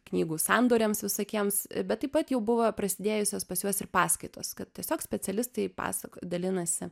knygų sandoriams visokiems bet taip pat jau buvo prasidėjusios pas juos ir paskaitos kad tiesiog specialistai pasako dalinasi